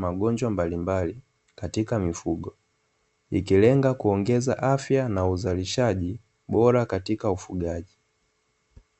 magonjwa mbalimbali katika mifugo ikilenga kuongeza afya na uzalishaji bora katika ufugaji.